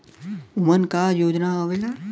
उमन का का योजना आवेला?